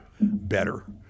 better